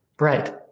Right